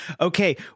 okay